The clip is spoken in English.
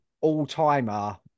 all-timer